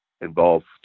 involved